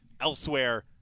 elsewhere